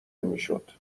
میشد